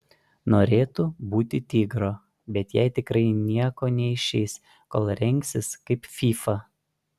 norėtų būti tigro bet jai tikrai nieko neišeis kol rengsis kaip fyfa